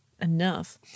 enough